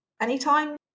anytime